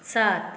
सात